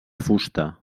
fusta